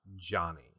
Johnny